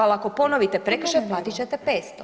Ali ako ponovite prekršaj platit ćete 500.